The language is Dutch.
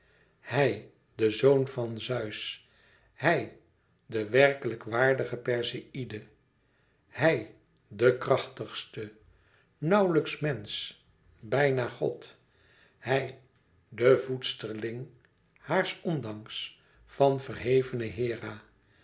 hij de zoon van zeus hij de werkelijk waardige perseïde hij de krachtigste nauwlijks mensch bijna god hij de voedsterling haars ondanks van verhevene hera